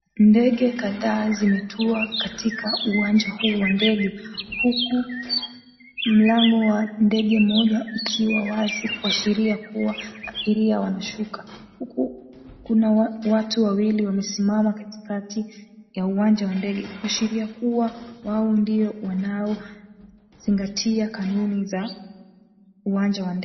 Ndege kadhaa zimetua katika uwanja huu wa ndege huku mlango wa ndege moja ukiwa wazi kuashiria kuwa abiria wanashuka huku kuna watu wawili wamesimama katikati ya uwanja wa ndege kuashiria kuwa wao ndio wanaozingatia kanuni za uwanja wa ndege.